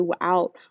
throughout